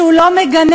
שהוא לא מגנה